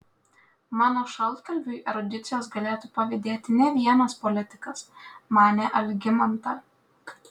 mano šaltkalviui erudicijos galėtų pavydėti ne vienas politikas manė algimanta